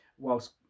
Whilst